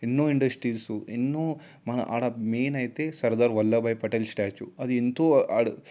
ఎన్నో ఇండస్ట్రీస్ ఎన్నో మన అక్కడ మెయిన్ అయితే సర్దార్ వల్లభాయ్ పటేల్ స్టాచ్యూ అది ఎంతో